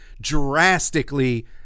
drastically